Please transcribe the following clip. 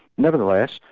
nevertheless,